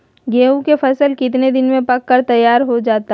गेंहू के फसल कितने दिन में पक कर तैयार हो जाता है